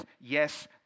yes